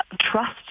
trust